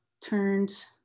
turned